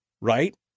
right